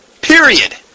Period